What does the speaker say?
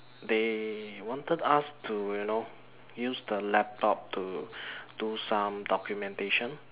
they wanted us to you know use the laptop to do some documentation